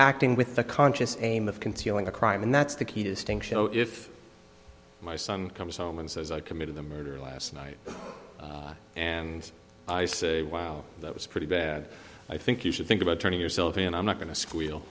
acting with the conscious aim of concealing a crime and that's the key distinction though if my son comes home and says i committed the murder last night and i say wow that was pretty bad i think you should think about turning yourself in i'm not going to squeal